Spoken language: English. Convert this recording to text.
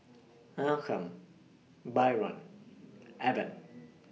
Malcolm Byron Evan